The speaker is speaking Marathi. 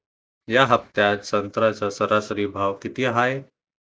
या हफ्त्यात संत्र्याचा सरासरी भाव किती हाये?